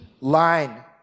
line